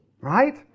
right